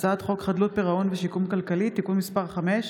הצעת חוק חדלות פירעון ושיקום כלכלי (תיקון מס' 5),